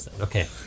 Okay